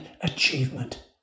achievement